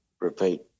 repeat